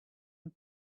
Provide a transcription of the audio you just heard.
and